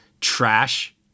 trash